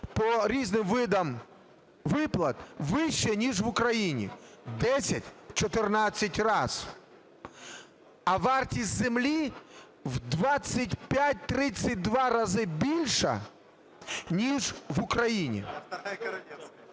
по різним видам виплат вищі, ніж в Україні. В 10-14 раз. А вартість землі в 25-32 рази більша, ніж в Україні.